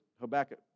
Habakkuk